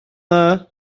dda